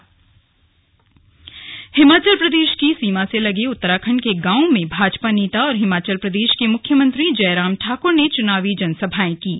जयराम ठाकुर हिमाचल प्रदेश की सीमा से लगे उत्तराखंड के गांवों में भाजपा नेता और हिमाचल प्रदेश के मुख्यमंत्री जयराम ठाक्र ने चुनाव जनसभाएं कीं